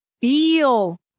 feel